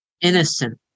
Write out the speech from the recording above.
innocent